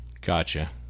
Gotcha